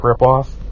ripoff